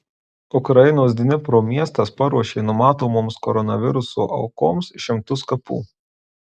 ukrainos dnipro miestas paruošė numatomoms koronaviruso aukoms šimtus kapų